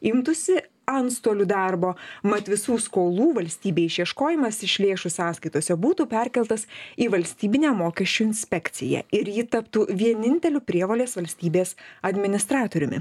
imtųsi antstolių darbo mat visų skolų valstybei išieškojimas iš lėšų sąskaitose būtų perkeltas į valstybinę mokesčių inspekciją ir ji taptų vieninteliu prievolės valstybės administratoriumi